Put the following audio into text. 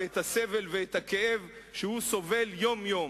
את הסבל ואת הכאב שהוא סובל יום-יום.